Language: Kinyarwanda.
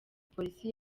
polisi